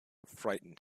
frightened